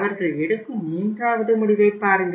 அவர்கள் எடுக்கும் மூன்றாவது முடிவைப் பாருங்கள்